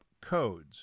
Codes